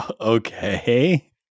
Okay